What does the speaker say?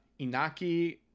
Inaki